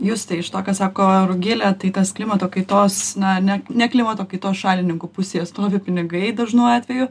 justai iš to ką sako rugilė tai tas klimato kaitos na ne ne klimato kaitos šalininkų pusėje stovi pinigai dažnu atveju